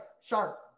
sharp